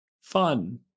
fun